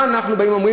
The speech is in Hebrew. מה אנחנו אומרים?